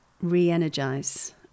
re-energize